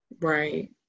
Right